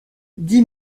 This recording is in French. dis